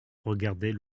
regardait